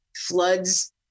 floods